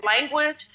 language